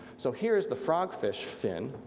so here is the frogfish fin,